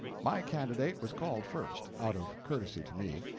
my candidate was called first, out of courtesy to me,